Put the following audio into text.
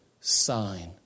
sign